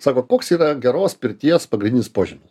sako koks yra geros pirties pagrindinis požymis